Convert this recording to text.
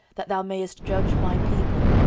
that thou mayest judge my people,